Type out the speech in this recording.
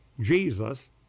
Jesus